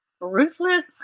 Ruthless